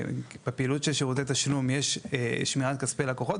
בפעילות של שירותי תשלום יש שמירת כספי לקוחות,